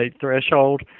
threshold